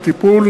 של הטיפול,